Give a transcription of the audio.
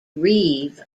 reeve